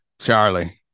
Charlie